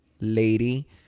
lady